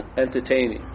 entertaining